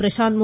Prashanth மு